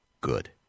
good